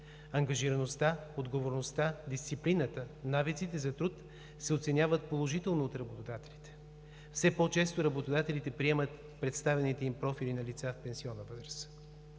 Ангажираността, отговорността, дисциплината, навиците за труд се оценяват положително от работодателите. Все по-често работодателите приемат представените им профили на лица в пенсионна възраст.